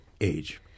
age